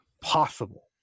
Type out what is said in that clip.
possible